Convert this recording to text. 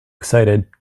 excited